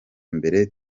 mbere